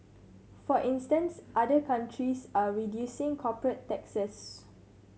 for instance other countries are reducing corporate taxes